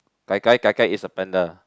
gai gai gai gai is a panda